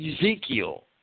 Ezekiel